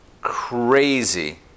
crazy